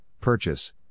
Purchase